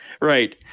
Right